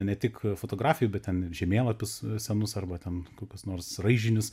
ne tik fotografijų bet ten ir žemėlapius senus arba tam kokius nors raižinius